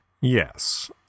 Yes